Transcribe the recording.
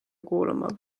kuulama